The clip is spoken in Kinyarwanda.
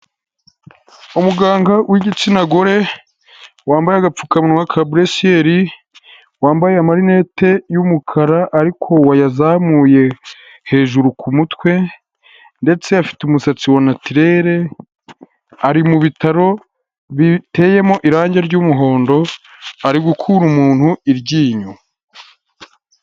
Umuganga w'igitsina gore, wambaye agapfukamunwa ka buresiyeri, wambaye amarinete y'umukara ariko wayazamuye hejuru ku mutwe ndetse afite umusatsi wa natirere, ari mu bitaro biteyemo irangi ry'umuhondo, ari gukura umuntu iryinyo.